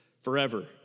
forever